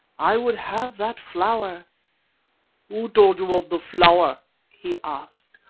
i would have that flower who told you of the flower he asked.